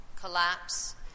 collapse